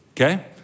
okay